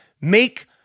Make